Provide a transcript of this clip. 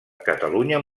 catalunya